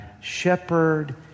shepherd